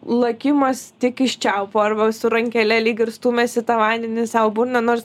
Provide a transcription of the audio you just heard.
lakimas tik iš čiaupo arba su rankele lyg ir stumias tą vandenį sau burną nors